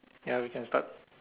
ya we can start